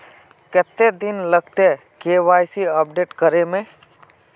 कते दिन लगते के.वाई.सी अपडेट करे में?